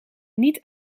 niet